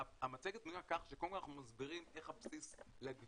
המצגת בנויה כך שקודם כל אנחנו מסבירים איך הבסיס לגבייה.